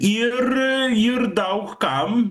ir ir daug kam